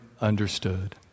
understood